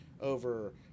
over